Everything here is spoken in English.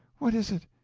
what is it?